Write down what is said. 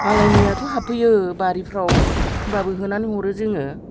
मालायनियाथ' हाबफैयो बारिफ्राव होनबाबो होनानै हरो जोङो